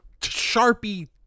sharpie